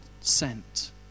sent